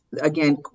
again